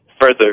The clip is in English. further